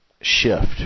shift